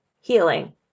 healing